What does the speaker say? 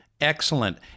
Excellent